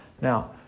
Now